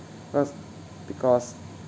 first because